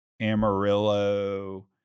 Amarillo